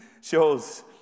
shows